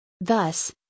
Thus